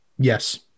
Yes